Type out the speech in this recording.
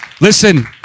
Listen